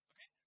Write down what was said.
Okay